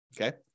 Okay